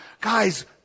Guys